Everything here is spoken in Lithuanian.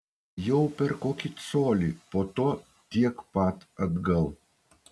jau per kokį colį po to tiek pat atgal